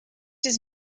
does